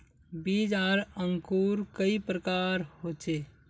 बीज आर अंकूर कई प्रकार होचे?